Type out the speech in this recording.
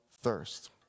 thirst